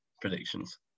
predictions